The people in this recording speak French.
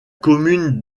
commune